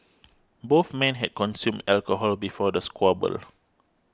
both men had consumed alcohol before the squabble